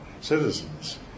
citizens